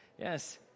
Yes